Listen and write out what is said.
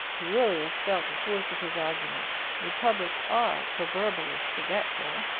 duilius felt the force of his arguments republics are proverbially forgetful,